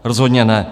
Rozhodně ne.